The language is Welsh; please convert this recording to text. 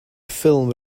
ffilm